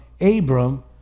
Abram